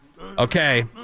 Okay